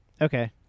Okay